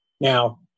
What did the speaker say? Now